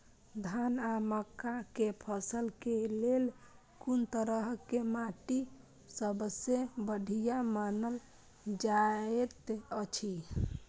धान आ मक्का के फसल के लेल कुन तरह के माटी सबसे बढ़िया मानल जाऐत अछि?